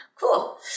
cool